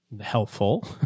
helpful